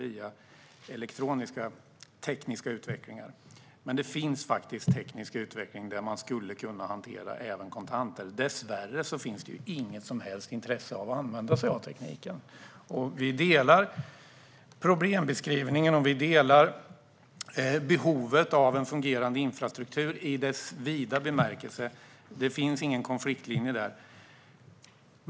Det finns dock teknisk utveckling som gör det möjligt att hantera även kontanter. Dessvärre finns det inget som helst intresse av att använda sig av tekniken. Vi delar problembeskrivningen. Vi delar uppfattningen om behovet av en fungerande infrastruktur i dess vida bemärkelse. Det finns ingen konfliktlinje där.